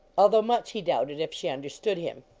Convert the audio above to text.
although much he doubted if she un derstood him.